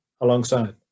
alongside